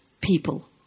people